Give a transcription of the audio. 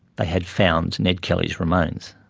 they had found ned kelly's remains.